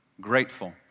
grateful